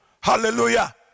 Hallelujah